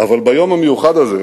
אבל ביום המיוחד הזה